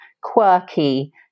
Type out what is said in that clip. quirky